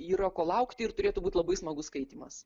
yra ko laukti ir turėtų būt labai smagus skaitymas